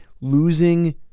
losing